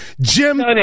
Jim